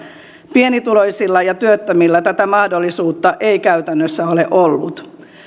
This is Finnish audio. pienituloisilla ja työttömillä tätä mahdollisuutta ei käytännössä ole ollut